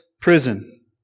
prison